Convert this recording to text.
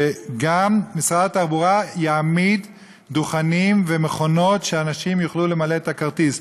שגם משרד התחבורה יעמיד דוכנים ומכונות שאנשים יוכלו למלא את הכרטיס.